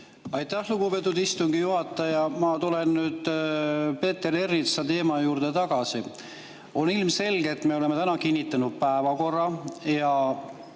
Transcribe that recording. Aitäh, lugupeetud istungi juhataja! Ma tulen Peeter Ernitsa teema juurde tagasi. On ilmselge, et me oleme täna kinnitanud päevakorra, ja